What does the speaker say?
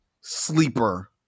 sleeper